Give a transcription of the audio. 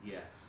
Yes